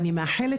ינהלו אותנו.